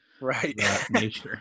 Right